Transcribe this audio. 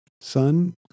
son